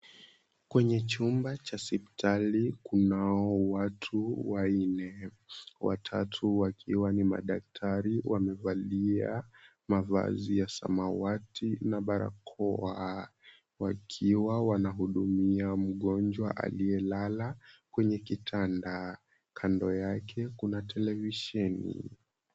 Kwenye chumba cha hospitali kunao watu wanne. Watatu wakiwa ni madaktari, wamevalia mavazi ya samawati na barakoa. Wakiwa wanahudumia mgonjwa aliyelala kwenye kitanda. Kando yake kuna televisheni.